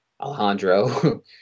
Alejandro